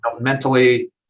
mentally